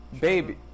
baby